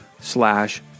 slash